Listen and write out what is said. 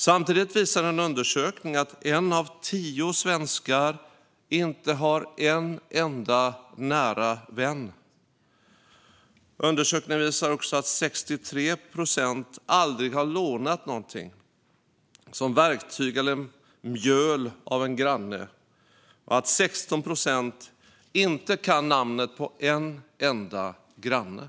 Samtidigt visar en undersökning att en av tio svenskar inte har en enda nära vän. Undersökningen visar också att 63 procent aldrig har lånat någonting, som verktyg eller mjöl, av en granne och att 16 procent inte kan namnet på en enda granne.